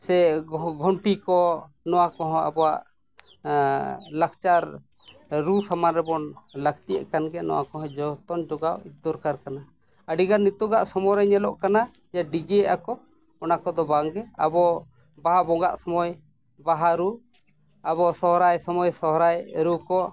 ᱥᱮ ᱜᱷᱩᱱᱴᱤ ᱠᱚ ᱱᱚᱣᱟ ᱠᱚᱦᱚᱸ ᱟᱵᱚᱣᱟᱜ ᱞᱟᱠᱪᱟᱨ ᱨᱩ ᱥᱟᱢᱟᱱ ᱨᱮᱵᱚᱱ ᱞᱟᱹᱠᱛᱤᱭᱟᱜ ᱠᱟᱱ ᱜᱮᱭᱟ ᱱᱚᱣᱟ ᱠᱚᱦᱚᱸ ᱡᱚᱛᱚᱱ ᱡᱳᱜᱟᱣ ᱫᱚᱨᱠᱟᱨ ᱠᱟᱱᱟ ᱟᱹᱰᱤᱜᱟᱱ ᱱᱤᱛᱚᱜᱟᱜ ᱥᱚᱢᱚᱭ ᱨᱮ ᱧᱮᱞᱚᱜ ᱠᱟᱱᱟ ᱰᱤᱡᱮᱭᱮᱫᱼᱟ ᱠᱚ ᱚᱱᱟ ᱠᱚᱫᱚ ᱵᱟᱝᱜᱮ ᱟᱵᱚ ᱵᱟᱦᱟ ᱵᱚᱸᱜᱟᱜ ᱥᱚᱢᱚᱭ ᱵᱟᱦᱟ ᱨᱩ ᱟᱵᱚᱣᱟᱜ ᱥᱚᱦᱨᱟᱭ ᱥᱚᱢᱚᱭ ᱥᱚᱦᱨᱟᱭ ᱨᱩ ᱠᱚ